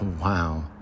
wow